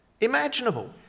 imaginable